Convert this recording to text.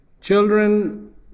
Children